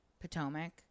Potomac